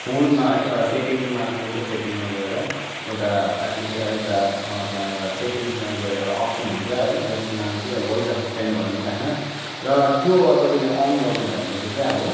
फोनमा है एउटा सेटिङमा फोनको सेटिङमा गएर एउटा एप्लिकेसन एउटा त्यहाँ एउटा सेटिङ्समा गएर एउटा अप्सन हुन्छ है जसको नाम चाहिँ अब भोइस असिस्टेन्ट भनिन्छ होइन र त्यो तपाईँले अन गर्नु भए पछि चाहिँ अब